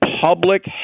public